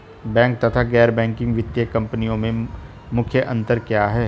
Bank तथा गैर banking वित्तीय कंपनियों में मुख्य अंतर क्या है?